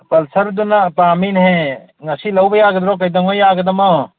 ꯄꯜꯁꯔꯗꯨꯅ ꯄꯥꯝꯃꯤꯅꯦꯍꯦ ꯉꯁꯤ ꯂꯧꯕ ꯌꯥꯒꯗ꯭ꯔꯣ ꯀꯩꯗꯧꯉꯩ ꯌꯥꯒꯗꯃꯣ